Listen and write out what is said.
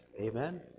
amen